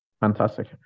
Fantastic